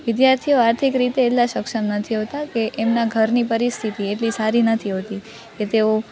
વિદ્યાર્થીઓ આર્થિક રીતે એટલાં સક્ષમ નથી હોતાં કે એમના ઘરની પરિસ્થિતિ એટલી સારી નથી હોતી કે તેઓ